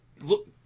Look